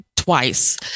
twice